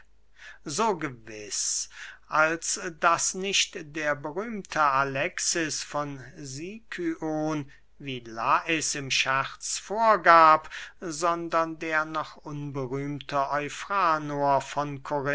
so gewiß als daß nicht der berühmte alexis von sicyon wie lais im scherz vorgab sondern der noch unberühmte eufranor von